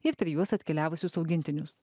ir per juos atkeliavusius augintinius